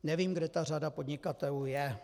Nevím, kde ta řada podnikatelů je.